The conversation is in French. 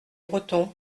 breton